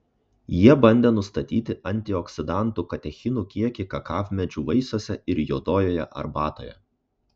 jie bandė nustatyti antioksidantų katechinų kiekį kakavmedžių vaisiuose ir juodojoje arbatoje